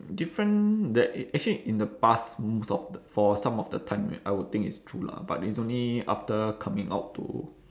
different the actually in the past most of th~ for some of the time I would think it's true lah but it's only after coming out to